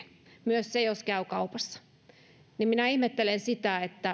myös se jos käy kaupassa minä ihmettelen sitä